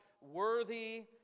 worthy